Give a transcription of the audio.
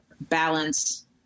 balance